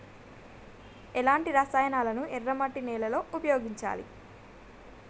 ఎలాంటి రసాయనాలను ఎర్ర మట్టి నేల లో ఉపయోగించాలి?